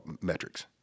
metrics